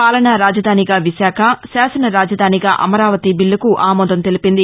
పాలనా రాజధానిగా విశాఖ శాసన రాజధానిగా అమరావతి బీల్లకు ఆమోదం తెలిపింది